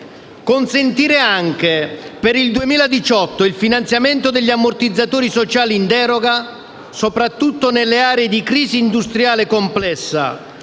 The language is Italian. Consentire anche per il 2018 il finanziamento degli ammortizzatori sociali in deroga, soprattutto nelle aree di crisi industriale complessa